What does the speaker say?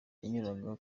yanyuraga